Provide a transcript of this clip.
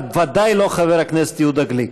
את ודאי לא חבר הכנסת יהודה גליק.